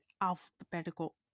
alphabetical